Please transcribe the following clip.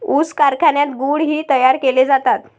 ऊस कारखान्यात गुळ ही तयार केले जातात